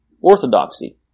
Orthodoxy